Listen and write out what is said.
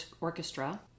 Orchestra